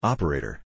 Operator